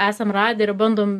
esam radę ir bandom